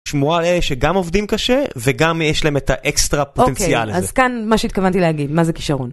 לשמוע על אלה שגם עובדים קשה וגם יש להם את האקסטרה פוטנציאל. אוקיי, אז כאן מה שהתכוונתי להגיד, מה זה כישרון.